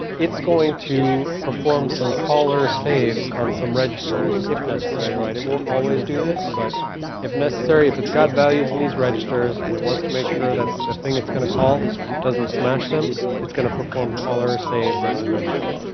it's going to perform some caller saves on some registers if necessary right it will always do this but if necessary if it's got values in these registers and it wants to make sure that the thing it's going to call doesn't smash them it's going to perform caller saves on these registers